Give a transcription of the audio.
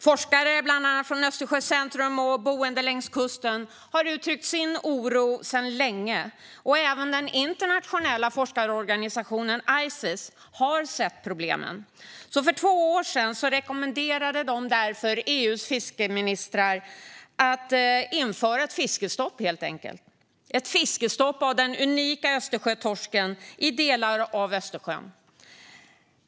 Forskare, bland annat från Östersjöcentrum, och boende längs kusten har uttryckt sin oro sedan länge, och även den internationella forskarorganisationen ICES har sett problemen. För två år sedan rekommenderade de därför EU:s fiskeministrar att helt enkelt införa ett fiskestopp för den unika Östersjötorsken i delar av Östersjön.